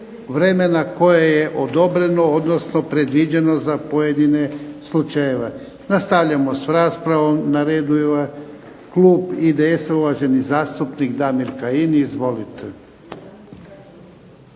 vremena koje je odobreno odnosno predviđeno za pojedine slučajeve. Nastavljamo s raspravom. Na redu je klub IDS-a uvaženi zastupnik Damir Kajin. Izvolite.